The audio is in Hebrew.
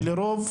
ולרוב,